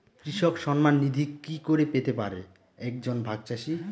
কৃষক সন্মান নিধি কি করে পেতে পারে এক জন ভাগ চাষি?